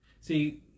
See